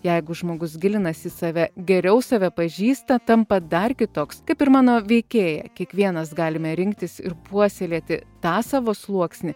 jeigu žmogus gilinasi į save geriau save pažįsta tampa dar kitoks kaip ir mano veikėja kiekvienas galime rinktis ir puoselėti tą savo sluoksnį